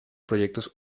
proyectos